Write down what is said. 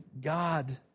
God